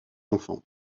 enfants